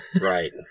Right